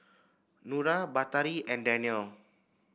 Nura Batari and Danial